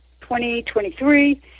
2023